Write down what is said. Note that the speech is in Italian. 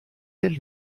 del